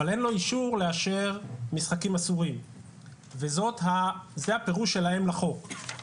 אבל אין לו אישור לאשר משחקים אסורים וזה הפירוש שלהם לחוק.